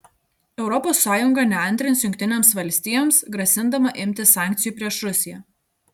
europos sąjunga neantrins jungtinėms valstijoms grasindama imtis sankcijų prieš rusiją